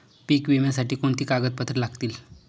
पीक विम्यासाठी कोणती कागदपत्रे लागतील?